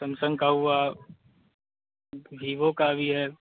Samsung का हुआ Vivo का भी है